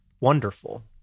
wonderful